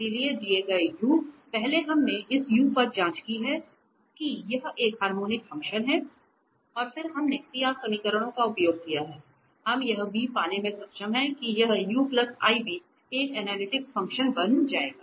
इसलिए दिए गए u पहले हमने इस u पर जाँच की है कि यह एक हार्मोनिक फ़ंक्शन है और फिर हमने CR समीकरणों का उपयोग किया है हम यह v पाने में सक्षम हैं कि यह uiv एक एनालिटिक फ़ंक्शन बन जाएगा